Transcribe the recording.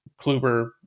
Kluber